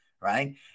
Right